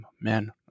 man